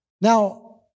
Now